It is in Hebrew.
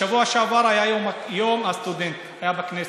בשבוע שעבר היה יום הסטודנט, היה בכנסת.